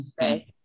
Okay